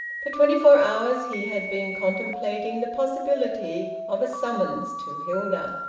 for twenty-four hours he had been contemplating the possibility of a summons to hilda.